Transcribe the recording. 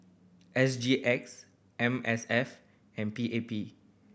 S G X M S F and P A P